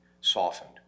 softened